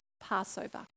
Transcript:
Passover